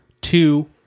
Two